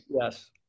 yes